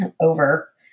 over